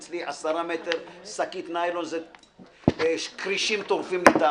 אצלי עשרה מטר שקית ניילון זה כרישים טורפים.